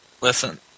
listen